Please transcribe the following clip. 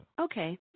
okay